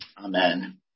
Amen